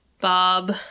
Bob